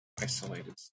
Isolated